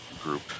group